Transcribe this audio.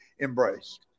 embraced